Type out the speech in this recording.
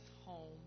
home